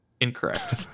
Incorrect